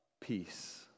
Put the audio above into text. peace